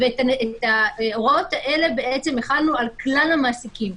ואת ההוראות האלה החלנו על כלל המעסיקים.